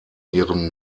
ihren